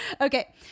okay